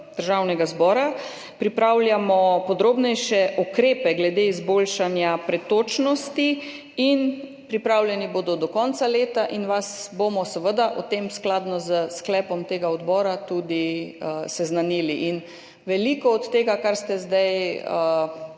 Državnega zbora pripravljamo podrobnejše ukrepe glede izboljšanja pretočnosti. Pripravljeni bodo do konca leta in vas bomo, seveda, o tem skladno s sklepom tega odbora tudi seznanili. Veliko od tega, kar ste zdaj